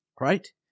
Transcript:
Right